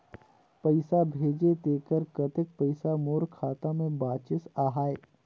पइसा भेजे तेकर कतेक पइसा मोर खाता मे बाचिस आहाय?